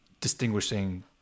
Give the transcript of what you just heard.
distinguishing